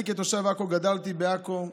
אני כתושב עכו גדלתי בעכו,